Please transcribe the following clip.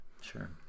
Sure